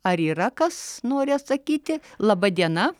ar yra kas nori atsakyti laba diena